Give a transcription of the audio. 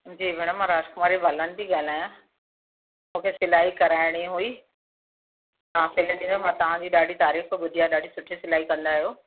जी भेण मां राजकुमारी बालानी थी ॻाल्हायां मूंखे सिलाई कराइणी हुई ऐं हिनजी न मां तव्हांजी ॾाढी तारीफ़ ॿुधी आहे ॾाढी सुठी सिलाई कंदा आहियो